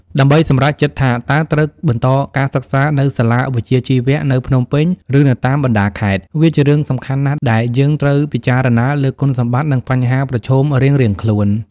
ដើម្បីសម្រេចចិត្តថាតើត្រូវបន្តការសិក្សានៅសាលាវិជ្ជាជីវៈនៅភ្នំពេញ ឬនៅតាមបណ្តាខេត្ត វាជារឿងសំខាន់ណាស់ដែលយើងត្រូវពិចារណាលើគុណសម្បត្តិ និងបញ្ហាប្រឈមរៀងៗខ្លួន។